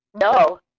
No